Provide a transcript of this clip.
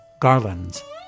garlands